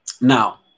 Now